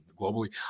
globally